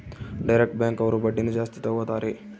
direct bank ಅವ್ರು ಬಡ್ಡಿನ ಜಾಸ್ತಿ ತಗೋತಾರೆ